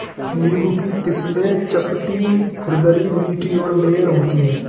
नींबू की किस्में चपटी, खुरदरी, मीठी और मेयर होती हैं